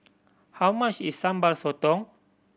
how much is Sambal Sotong